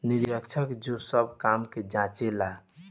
निरीक्षक जे सब काम के जांचे ला